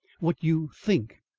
what you think,